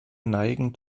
neigen